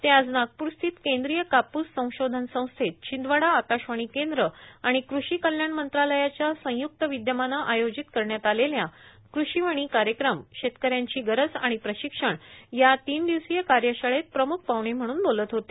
ते आज नागपूरस्थित केंद्रीय कापूस संशोधन संस्थेत छिंदवाडा आकाशवाणी केंद्र आणि कृषी कल्याण मंत्रालयाच्या संयुक्त विद्यमानं आयोजित करण्यात आलेल्या क्रषीवाणी कार्यक्रम शेतकऱ्यांची गरज आणि प्रशिक्षण या तीन दिवसीय कार्यशाळेत प्रमुख पाहुणे म्हणून बोलत होते